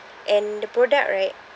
and the product right